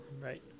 Right